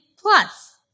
Plus